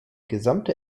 gesamte